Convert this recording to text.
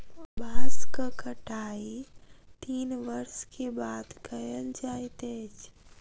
बांसक कटाई तीन वर्ष के बाद कयल जाइत अछि